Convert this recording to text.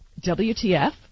WTF